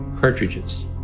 cartridges